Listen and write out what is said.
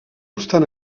obstant